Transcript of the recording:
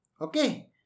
Okay